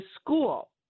school